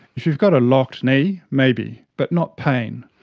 if you've got a locked knee, maybe. but not pain.